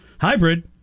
hybrid